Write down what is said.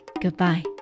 goodbye